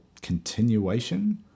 continuation